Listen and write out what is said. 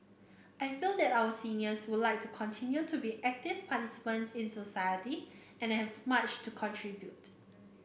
I feel that our seniors would like to continue to be active participants in society and have much to contribute